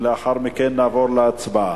ולאחר מכן נעבור להצבעה.